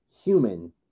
human